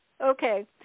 Okay